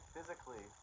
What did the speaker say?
physically